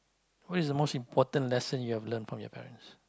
what is the most important lesson you have learn from your parents